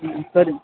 சரிங்க